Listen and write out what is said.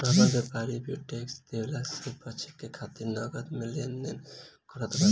बड़ व्यापारी भी टेक्स देवला से बचे खातिर नगद में लेन देन करत बाने